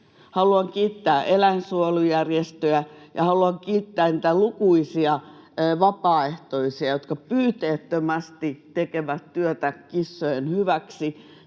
Haluan kiittää eläinsuojelujärjestöjä, ja haluan kiittää niitä lukuisia vapaaehtoisia, jotka pyyteettömästi tekevät työtä kissojen hyväksi